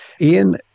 Ian